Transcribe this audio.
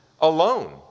alone